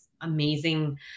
amazing